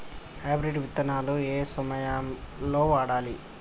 Hybrid విత్తనాలు ఏయే సమయాల్లో వాడాలి?